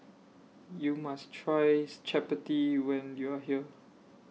YOU must Try Chappati when YOU Are here